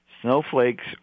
Snowflakes